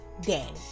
Danny